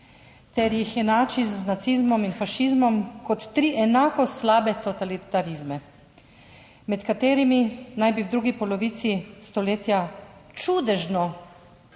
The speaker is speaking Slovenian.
ter jih enači z nacizmom in fašizmom kot tri enako slabe totalitarizme, med katerimi naj bi v drugi polovici stoletja čudežno,